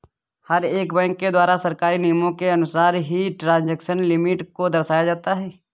हर एक बैंक के द्वारा सरकारी नियमों के अनुसार ही ट्रांजेक्शन लिमिट को दर्शाया जाता है